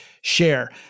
share